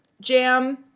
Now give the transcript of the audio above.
jam